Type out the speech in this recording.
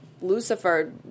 Lucifer